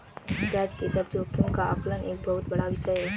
ब्याज दर जोखिम का आकलन एक बहुत बड़ा विषय है